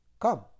come